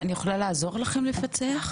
אני יכולה לעזור לכם לפצח?